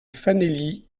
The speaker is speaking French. fanélie